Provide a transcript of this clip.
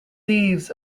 leaves